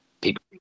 people